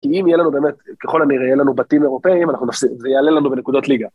כי אם יהיה לנו באמת, ככל המירה, יהיה לנו בתים אירופאיים, אנחנו נפסיד. זה יעלה לנו בנקודות ליגה.